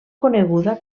coneguda